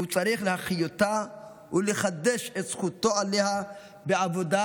והוא צריך להחיותה ולחדש את זכותו עליה בעבודה,